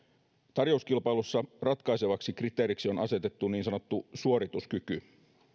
tarjouskilpailussa ratkaisevaksi kriteeriksi on asetettu niin sanottu suorituskyky